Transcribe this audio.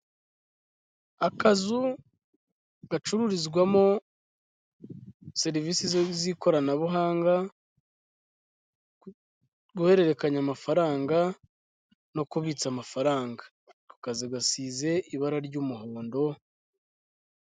Akazu gacururizwamo serivise z'ikoranabuhanga, guhererekanya amafaranga no kubitsa amafaranga akazu gasize ibara ry'umuhondo.